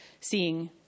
seeing